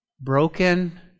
broken